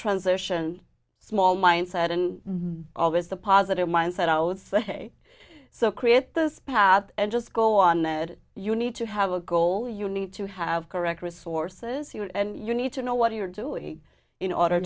transition small mindset and always the positive mindset i would say so create this path and just go on that you need to have a goal you need to have correct resources here and you need to know what you're doing in order